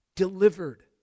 delivered